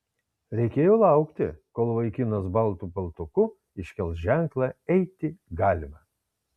reikėjo laukti kol vaikinas baltu paltuku iškels ženklą eiti galima